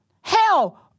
Hell